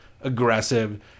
aggressive